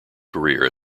career